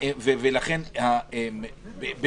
אנחנו